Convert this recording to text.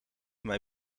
mij